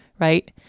Right